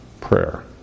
prayer